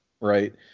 Right